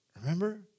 Remember